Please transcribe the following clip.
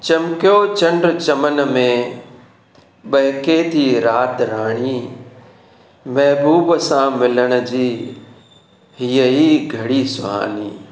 चमकियो चंडु चमन में बहके थी राति राणी महबूब सां मिलण जी यही घड़ी सुहानी